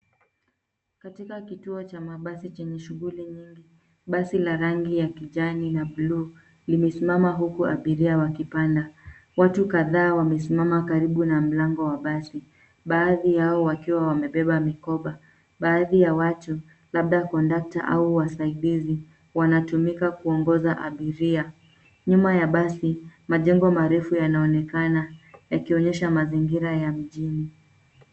Katika kituo cha mabasi chenye shughuli nyingi, basi la rangi ya kijani na bluu, limesimama huku abiria wakipanda. Watu kadhaa wamesimama karibu na mlango wa basi, baadhi yao wakiwa wamebeba mikoba. Baadhi ya watu, labda conductor au wasaidizi wanatumika kuongoza abiria. Nyuma ya basi, majengo marefu yanaonekana yakionyesha mazingira ya mjini.